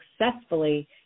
successfully